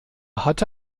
hatte